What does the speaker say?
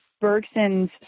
Bergson's